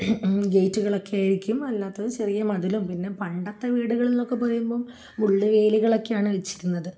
ഗേറ്റുകളൊക്കെ ആയിരിക്കും അല്ലാത്തതു ചെറിയ മതിലും പിന്നെ പണ്ടത്തെ വീടുകളന്നൊക്കെ പറയുമ്പോള് മുള്ളുവേലികളൊക്കെയാണു വച്ചിരുന്നത്